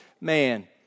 man